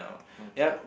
okay